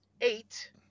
eight